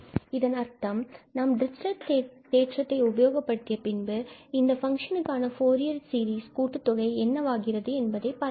இதன் அர்த்தம் நாம் டிரிச்சிலட் தேற்றத்தை உபயோகப்படுத்திய பின்பு இந்த ஃபங்ஷனுக்கு ஆன ஃபூரியர் சீரிஸின் கூட்டுத்தொகை என்னவாகிறது என்பதை பார்க்கலாம்